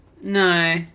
No